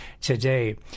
today